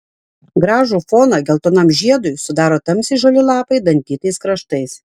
gražų foną geltonam žiedui sudaro tamsiai žali lapai dantytais kraštais